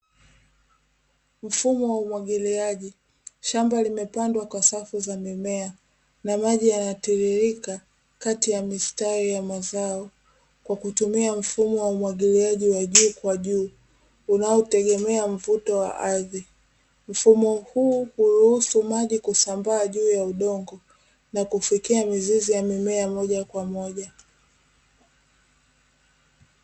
Mfumo wa umwagiliaji shamba limepandwa kwa safu na mimea na maji yanatiririka kati ya mazao kwa kutumia mfumo wa umwagiliaji wa juu kwa juu unaotegemea mvuto wa ardhi. Mfumo huu huruhusu maji kusambaa juu ya udongo na kufikia mizizi ya mimea moja kwa moja.